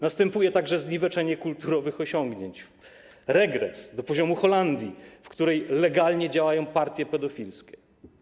Następuje także zniweczenie kulturowych osiągnięć, regres do poziomu Holandii, w której legalnie działają partie pedofilskie.